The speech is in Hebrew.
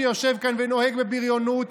שיושב כאן ונוהג בבריונות,